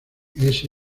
ese